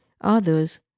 Others